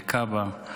לכב"א,